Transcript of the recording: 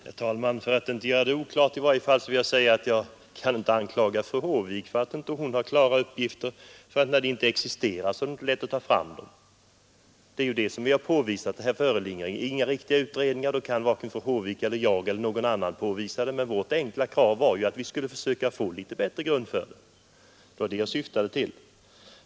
Herr talman! För att undvika missförstånd vill jag säga att jag inte kan anklaga fru Håvik för att inte ha klara uppgifter. När de inte existerar är det inte lätt att ta fram dem. Det är ju det som vi har påvisat! Här föreligger inga riktiga utredningar, och då kan varken fru Håvik, jag eller någon annan åberopa sådana. Vårt enkla krav var att vi skulle få bättre grund för ett beslut. Det var det jag syftade till.